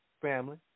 family